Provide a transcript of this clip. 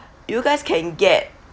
you guys can get